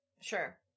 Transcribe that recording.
Sure